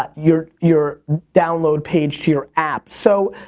ah your your download page to your app. so,